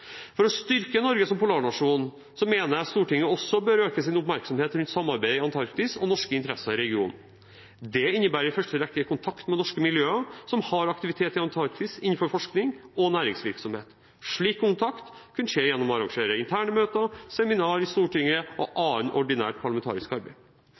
For å styrke Norge som polarnasjon mener jeg at Stortinget også bør øke sin oppmerksomhet omkring samarbeidet i Antarktis og norske interesser i regionen. Dette innebærer i første rekke kontakt med norske miljøer som har aktivitet i Antarktis innenfor forskning og næringsvirksomhet. Slik kontakt vil kunne skje gjennom å arrangere interne møter og seminarer i Stortinget og annet ordinært parlamentarisk arbeid.